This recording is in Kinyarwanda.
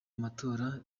matora